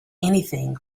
anything